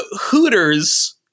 Hooters